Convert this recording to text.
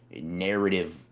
narrative